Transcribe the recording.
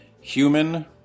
Human